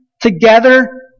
together